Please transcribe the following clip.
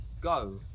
Go